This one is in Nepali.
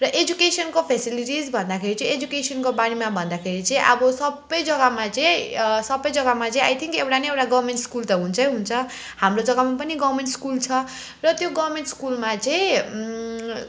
र एजुकेसनको फेसिलिटिस भन्दाखेरि चाहिँ एजुकेसनको बारेमा भन्दाखेरि चाहिँ अब सबै जग्गामा चाहिँ सबै जग्गामा चाहिँ आई थिङ्क एउटा न एउटा गभर्मेन्ट स्कुल त हुन्छै हुन्छ हाम्रो जग्गामा पनि गभर्मेन्ट स्कुल छ र त्यो गभर्मेन्ट स्कुलमा चाहिँ